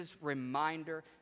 reminder